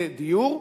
לדיור,